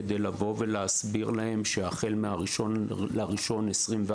כדי לבוא ולהסביר להן שהחל מה-01 בינואר 2024,